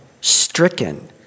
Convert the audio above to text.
stricken